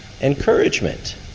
Encouragement